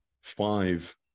five